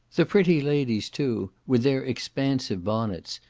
the pretty ladies too, with their expansive bonnets,